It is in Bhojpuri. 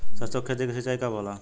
सरसों की खेती के सिंचाई कब होला?